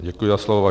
Děkuji za slovo.